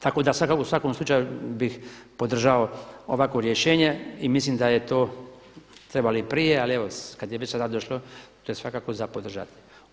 Tako da bih u svakom slučaju bih podržao ovakvo rješenje i mislim da je to, trebali i prije, ali kad je već sada došlo, to je svakako za podržati.